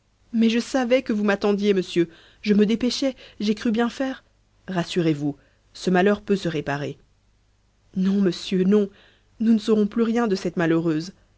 mais je savais que vous m'attendiez monsieur je me dépêchais j'ai cru bien faire rassurez-vous ce malheur peut se réparer non monsieur non nous ne saurons plus rien de cette malheureuse